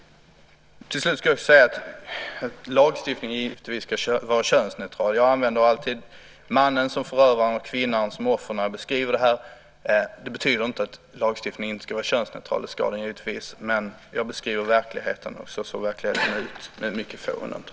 Till slut skulle jag vilja säga att lagstiftningen givetvis ska vara könsneutral. Jag använder alltid mannen som förövare och kvinnan som offer när jag beskriver detta, men det betyder inte att lagstiftningen inte ska vara könsneutral. Det ska den givetvis. Men jag beskriver verkligheten, och så ser verkligheten ut, med mycket få undantag.